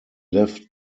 left